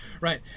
Right